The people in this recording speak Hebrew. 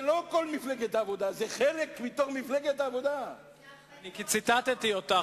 שמעתי אותך,